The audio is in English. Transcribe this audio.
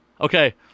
Okay